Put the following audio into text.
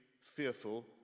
fearful